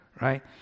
right